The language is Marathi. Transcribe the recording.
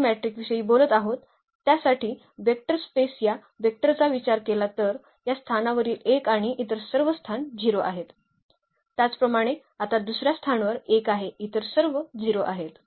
मॅट्रिकांविषयी बोलत आहोत त्यातील वेक्टर स्पेस या वेक्टरचा विचार केला तर या स्थानावरील 1 आणि इतर सर्व स्थान 0 आहेत त्याचप्रमाणे आता दुसर्या स्थानावर 1 आहे इतर सर्व 0 आहेत